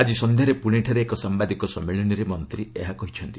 ଆଜି ସନ୍ଧ୍ୟାରେ ପୁଣେଠାରେ ଏକ ସାମ୍ଭାଦିକ ସମ୍ମିଳନୀରେ ମନ୍ତ୍ରୀ ଏହା କହିଛନ୍ତି